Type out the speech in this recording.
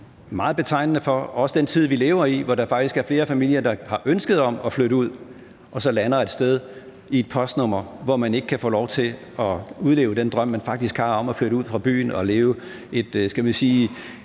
er også meget betegnende for den tid, vi lever i, hvor der faktisk er flere familier, der har et ønske om at flytte ud, og så lander man et sted med et postnummer, hvor man ikke kan få lov til at udleve den drøm, man faktisk har, om at flytte ud fra byen og leve et, man kan sige,